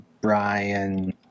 Brian